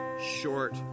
short